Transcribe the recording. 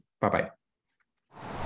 Bye-bye